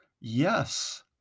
Yes